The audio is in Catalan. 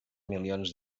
milions